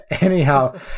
Anyhow